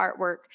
artwork